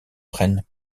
prennent